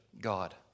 God